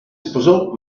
sposò